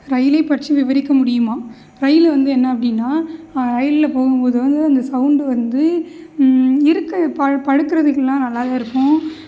ரயிலை பற்றி விவரிக்க முடியுமா ரயில் வந்து என்ன அப்படின்னா ரயிலில் போகும்போது வந்து அந்த சவுண்டு வந்து இருக்கை ப படுக்கிறத்துக்கெல்லாம் நல்லாவே இருக்கும்